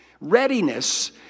readiness